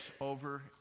over